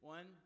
One